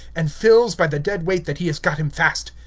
and feels by the dead-weight that he has got him fast.